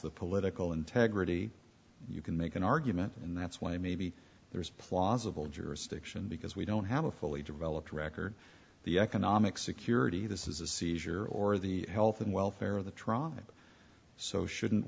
the political integrity you can make an argument and that's why maybe there's plausible jurisdiction because we don't have a fully developed record the economic security this is a seizure or the health and welfare of the tribe so shouldn't